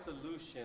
solution